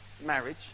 marriage